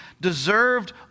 deserved